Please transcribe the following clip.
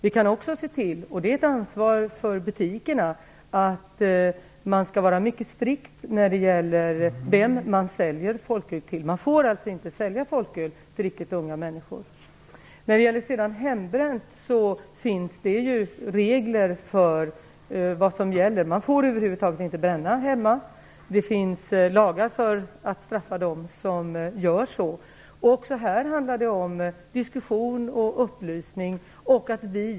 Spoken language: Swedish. Vi kan också se till - det är ett ansvar för butikerna - att vara mycket strikta när det gäller vem vi säljer folköl till. Man får alltså inte sälja folköl till riktigt unga människor. Det finns regler för vad som gäller för hembränt. Man får över huvud taget inte bränna hemma. Det finns lagar för att straffa dem som gör så. Också här handlar det om diskussion och upplysning.